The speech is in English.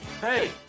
Hey